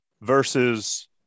versus